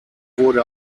wurde